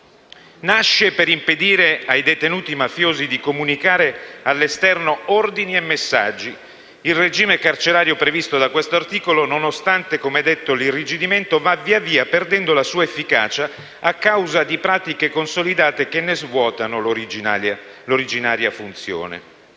Nasce per impedire ai detenuti mafiosi di comunicare all'esterno ordini e messaggi. Il regime carcerario previsto da questo articolo, nonostante, come detto, l'irrigidimento, va via via perdendo la sua efficacia a causa di pratiche consolidate che ne svuotano l'originaria funzione.